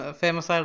famous